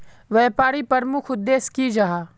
व्यापारी प्रमुख उद्देश्य की जाहा?